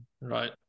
right